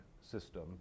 system